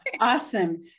Awesome